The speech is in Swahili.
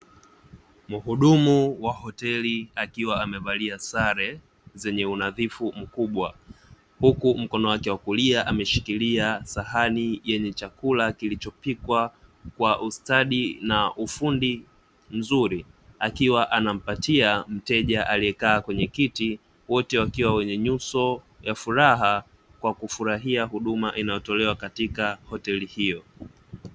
Mhudumu wa hoteli akiwa amevalia sare zenye unadhifu mkubwa huku mkono wake wa kulia ameshikilia sahani yenye chakula kilichopikwa kwa ustadi na ufundi mzuri. Akiwa anampatia mteja aliyekaa kwenye kiti, wote wakiwa wenye nyuso za furaha kwa kufurahia huduma inayotolewa katika hoteli hiyo.